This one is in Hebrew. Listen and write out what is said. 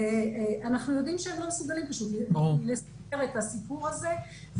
אנחנו יודעים שהם פשוט לא מסוגלים לספר את הסיפור הזה.